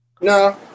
No